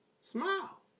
Smile